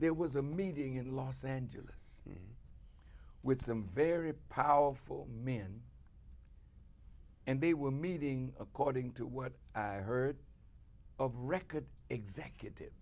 there was a meeting in los angeles with some very powerful men and they were meeting according to what i heard of record executive